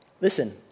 Listen